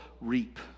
reap